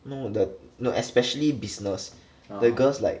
no the no especially business the girls like